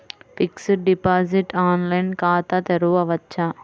Fixed deposit online ఖాతా తెరువవచ్చా?